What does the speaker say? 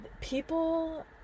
people